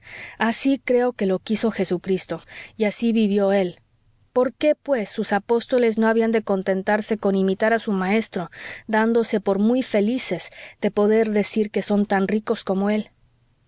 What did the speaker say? así creo que lo quiso jesucristo y así vivió él por qué pues sus apóstoles no habían de contentarse con imitar a su maestro dándose por muy felices de poder decir que son tan ricos como él